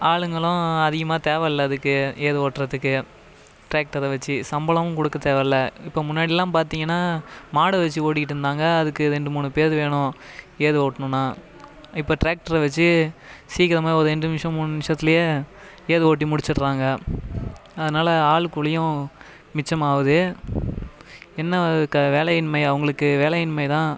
ஆளுங்களும் அதிகமாக தேவை இல்லை அதுக்கு ஏர் ஓட்டுறதுக்கு டிராக்டரை வச்சு சம்பளமும் கொடுக்க தேவையில்ல இப்போ முன்னாடியெல்லாம் பார்த்தீங்கன்னா மாடை வச்சு ஓட்டிகிட்டுருந்தாங்க அதுக்கு ரெண்டு மூணு பேர் வேணும் ஏர் ஓட்டணும்ன்னா இப்போ டிராக்ட்டரை வச்சு சீக்கிரமாக ஒரு ரெண்டு நிமிஷம் மூணு நிமிஷத்திலையே ஏர் ஓட்டி முடிச்சுறாங்க அதனால் ஆள் கூலியும் மிச்சமாகுது என்ன க வேலையின்மை அவங்களுக்கு வேலையின்மை தான்